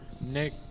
Nick